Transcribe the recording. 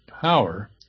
power